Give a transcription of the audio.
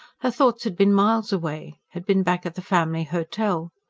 her thoughts had been miles away had been back at the family hotel.